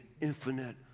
infinite